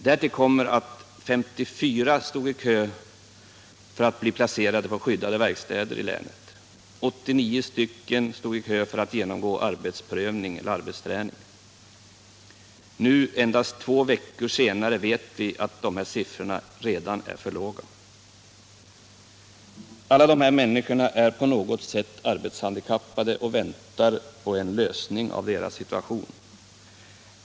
Därtill kommer att 54 personer stod i kö för att bli placerade på skyddade verkstäder i länet och 89 stod i kö för att få genomgå arbetsträning/arbetsprövning. Nu, endast två veckor senare, vet vi att dessa siffror redan är för låga. Alla de här människorna är på något sätt arbetshandikappade och väntar på en lösning av sina problem.